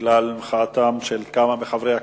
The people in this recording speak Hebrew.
בגלל מחאתם של כמה מחברי הכנסת,